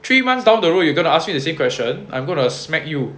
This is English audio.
three months down the road you gonna ask me the same question I'm going to smack you